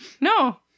No